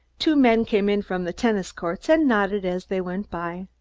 two men came in from the tennis-courts and nodded as they went by.